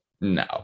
No